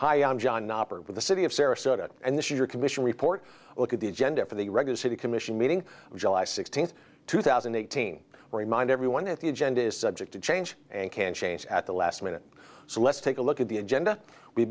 hi i'm john knopper with the city of sarasota and the sugar commission report look at the agenda for the regular city commission meeting july sixteenth two thousand and eighteen remind everyone that the agenda is subject to change and can change at the last minute so let's take a look at the agenda we